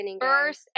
first